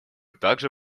также